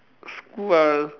school ah